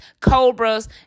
cobras